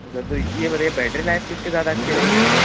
اچھا سر تو یہ بتائیے بیٹری لائف کس کی زیادہ اچھی رہے گی پھر